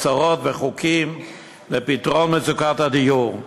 הצהרות וחוקים לפתרון מצוקת הדיור.